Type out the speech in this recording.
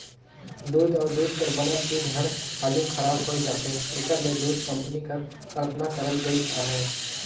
दूद अउ दूद कर बनल चीज हर हालु खराब होए जाथे तेकर ले दूध कंपनी कर कल्पना करल गइस अहे